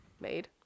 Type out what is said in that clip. made